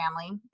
family